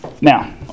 Now